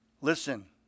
Listen